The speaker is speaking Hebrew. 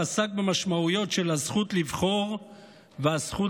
עסק במשמעויות של הזכות לבחור ושל הזכות להיבחר.